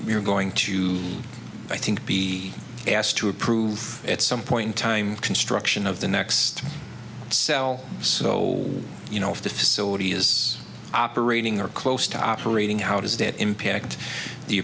you're going to i think be asked to approve at some point in time construction of the next cell so you know if the facility is operating or close to operating how does that impact the